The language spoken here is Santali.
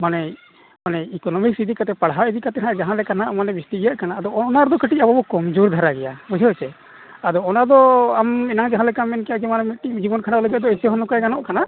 ᱢᱟᱱᱮ ᱢᱟᱱᱮ ᱮᱠᱳᱱᱚᱢᱤᱠ ᱤᱫᱤ ᱠᱟᱛᱮᱫ ᱯᱟᱲᱦᱟᱣ ᱤᱫᱤ ᱠᱟᱛᱮᱫ ᱦᱟᱸᱜ ᱡᱟᱦᱟᱸ ᱞᱮᱠᱟ ᱦᱟᱸᱜ ᱢᱟᱱᱮ ᱵᱤᱥᱛᱤ ᱤᱭᱟᱹᱜ ᱠᱟᱱᱟ ᱟᱫᱚ ᱚᱱᱟ ᱨᱮᱫᱚ ᱠᱟᱹᱴᱤᱡ ᱟᱵᱚ ᱵᱚᱱ ᱠᱚᱢ ᱡᱳᱨ ᱫᱷᱟᱨᱟ ᱜᱮᱭᱟ ᱵᱩᱡᱷᱟᱹᱣ ᱪᱮ ᱟᱫᱚ ᱚᱱᱟ ᱫᱚ ᱟᱢ ᱡᱟᱦᱟᱸ ᱞᱮᱠᱟᱢ ᱢᱮᱱ ᱠᱮᱜᱼᱟ ᱡᱮᱢᱚᱱ ᱢᱤᱫᱴᱤᱡ ᱡᱤᱵᱚᱱ ᱠᱷᱟᱱᱰᱟᱣ ᱞᱮᱠᱟᱛᱮ ᱜᱟᱱᱚᱜ ᱠᱟᱱᱟ